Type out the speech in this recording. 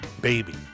baby